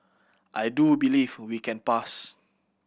I do believe we can pass